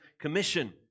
commission